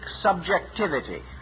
subjectivity